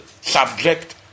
subject